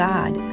God